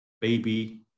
baby